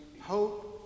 hope